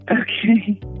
Okay